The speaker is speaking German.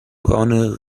braune